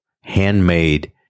handmade